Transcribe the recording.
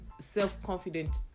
self-confident